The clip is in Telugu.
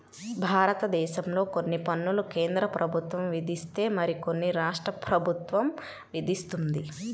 భారతదేశంలో కొన్ని పన్నులు కేంద్ర ప్రభుత్వం విధిస్తే మరికొన్ని రాష్ట్ర ప్రభుత్వం విధిస్తుంది